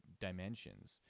dimensions